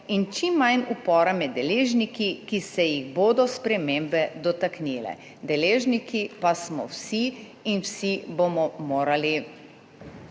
in čim manj upora med deležniki, ki se jih bodo spremembe dotaknile. Deležniki pa smo vsi in vsi bomo morali